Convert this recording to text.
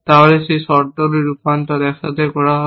তাহলে সেই ক্রিয়াগুলি রূপান্তর একসাথে করা হবে